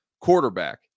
Quarterback